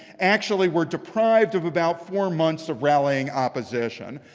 actually were deprived of about four months of rallying opposition.